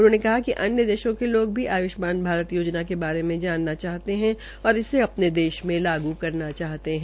उन्होंने कहा कि अन्य देशों के लोग भी आष्य्मान भारत योजना के बारे में जानना चाहते है और इसे अपने देश में जारी करना चाहते है